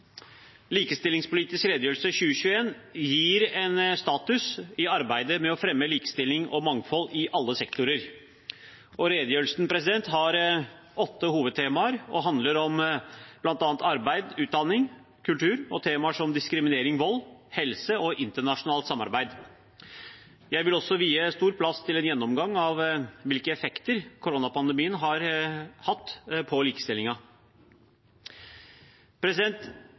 Likestillingspolitisk redegjørelse 2021 gir en status i arbeidet med å fremme likestilling og mangfold i alle sektorer. Redegjørelsen har åtte hovedtemaer og handler om bl.a. arbeid, utdanning, kultur og temaer som diskriminering, vold, helse og internasjonalt samarbeid. Jeg vil også vie stor plass til en gjennomgang av hvilke effekter koronapandemien har hatt på